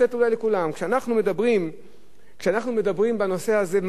כשאנחנו מדברים בנושא הזה, מה לבסוף יוצא?